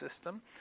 system